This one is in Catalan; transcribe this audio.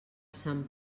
sant